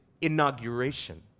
inauguration